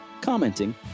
commenting